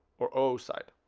or oocyte